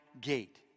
gate